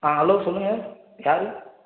ஆ hello சொல்லுங்கள் யார்